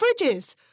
Fridges